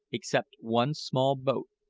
except one small boat.